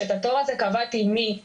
שאת התור הזה קבעתי מדצמבר.